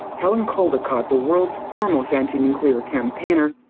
helen caldicott, the world's foremost anti-nuclear campaigner,